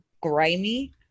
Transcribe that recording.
grimy